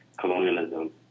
colonialism